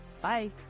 Bye